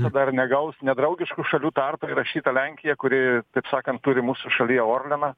tada ir negaus nedraugiškų šalių tarpą įrašyta lenkija kuri taip sakant turi mūsų šalyje orleną